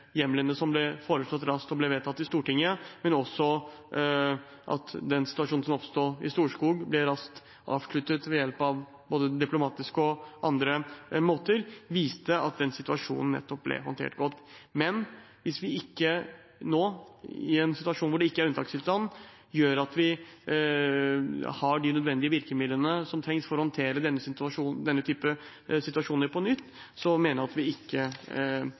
hjemlene som ble foreslått raskt og vedtatt i Stortinget, og at situasjon som oppsto i Storskog, ble raskt avsluttet diplomatisk og på andre måter – viste at situasjonen nettopp ble håndtert godt. Men hvis vi nå, i en situasjon hvor det ikke er unntakstilstand, ikke har de nødvendige virkemidlene som trengs for å håndtere denne type sitasjoner på nytt, mener jeg at vi ikke